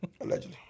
Allegedly